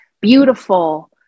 beautiful